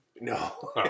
No